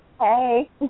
Hey